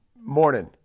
morning